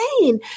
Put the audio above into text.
insane